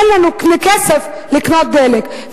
אין לנו כסף לקנות דלק.